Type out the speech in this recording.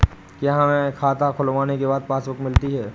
क्या हमें खाता खुलवाने के बाद पासबुक मिलती है?